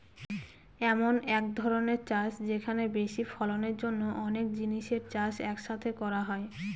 এমন এক ধরনের চাষ যেখানে বেশি ফলনের জন্য অনেক জিনিসের চাষ এক সাথে করা হয়